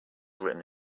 written